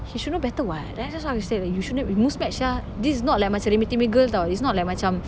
he should know better [what] right that's what I'm saying you should have Muzmatch sia this is not like macam remeh-temeh girl [tau] it's not like macam